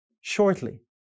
shortly